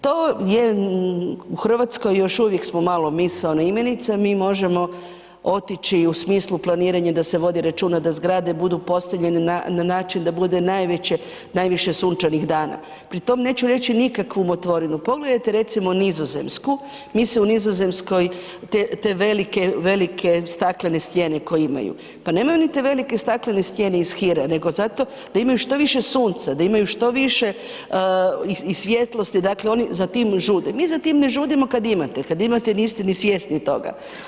To je u Hrvatskoj još uvijek smo malo misaona imenica, mi možemo otići i u smislu planiranja da se vodi računa da zgrade budu postavljene na način da bude najveće, najviše sunčanih dana, pri tom neću reći nikakvu umotvorinu, pogledajte recimo Nizozemsku, mi se u Nizozemskoj, te, te velike, velike staklene stijene koje imaju, pa nemaju oni te velike staklene stijene iz hira, nego zato da imaju što više sunca, da imaju što više i svijetlosti, dakle oni za tim žude, mi za tim ne žudimo kad imate, kad imate niste ni svjesni toga.